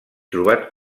trobat